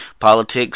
Politics